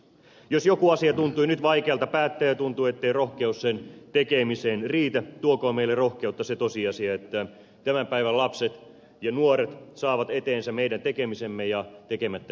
jos joku asia tuntuu nyt vaikealta päättää ja tuntuu ettei rohkeus sen tekemiseen riitä tuokoon meille rohkeutta se tosiasia että tämän päivän lapset ja nuoret saavat eteensä meidän tekemisemme ja tekemättä jättämiset